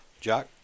Jack